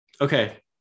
Okay